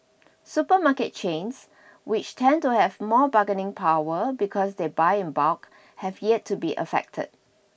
supermarket chains which tend to have more bargaining power because they buy in bulk have yet to be affected